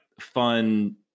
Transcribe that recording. fun